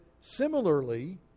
similarly